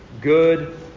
good